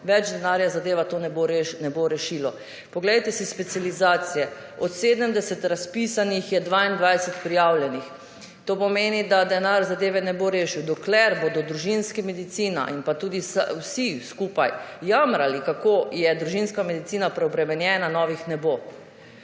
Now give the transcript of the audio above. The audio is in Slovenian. več denarja zadeva to ne bo rešilo. Poglejte si specializacije. Od 70 razpisanih je 22 prijavljenih. To pomeni, da denar zadeve ne bo rešil. Dokler bodo družinska medicina in pa tudi vsi skupaj jamrali, kako je družinska medicina preobremenjena, novih ne bo.